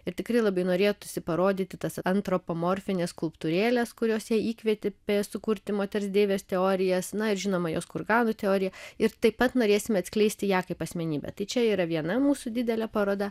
ir tikrai labai norėtųsi parodyti tas antropomorfines skulptūrėles kurios jai įkvėpė sukurti moters deivės teorijas na ir žinoma jos kurganų teorija ir taip pat norėsime atskleisti ją kaip asmenybę tai čia yra viena mūsų didelė paroda